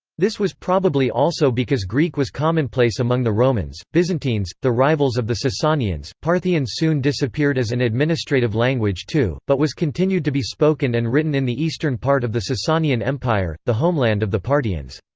this was probably also because greek was commonplace among the romans byzantines, the rivals of the sasanians. parthian soon disappeared as an administrative language too, but was continued to be spoken and written in the eastern part of the sasanian empire, the homeland of the parthians.